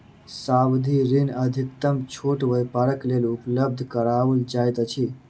सावधि ऋण अधिकतम छोट व्यापारक लेल उपलब्ध कराओल जाइत अछि